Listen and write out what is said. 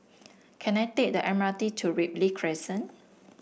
can I take the M R T to Ripley Crescent